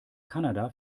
kanada